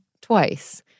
twice